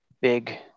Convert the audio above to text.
Big